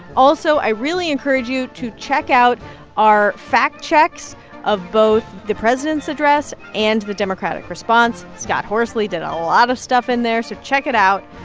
also, i really encourage you to check out our fact checks of both the president's address and the democratic response. scott horsley did a lot of stuff in there. so check it out.